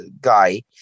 guy